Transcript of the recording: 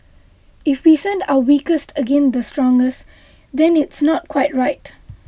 if we send our weakest again the strongest then it's not quite right